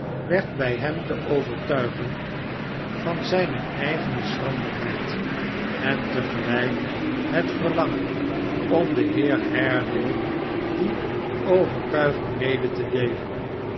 werd bij hem de overtuiging van zijne eigene schranderheid en te gelijk het verlangen om den heer haredale die overtuiging mede te deelen